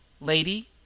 Lady